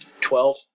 Twelve